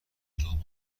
دروغگو